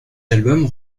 albums